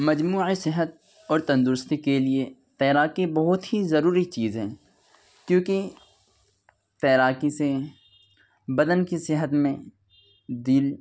مجموعہ صحت اور تندرستی کے لیے تیراکی بہت ہی ضروری چیز ہے کیوں کہ تیراکی سے بدن کی صحت میں دن